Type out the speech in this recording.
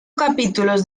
capítulos